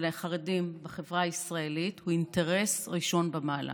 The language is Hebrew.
החרדים בחברה הישראלית הוא אינטרס ראשון במעלה.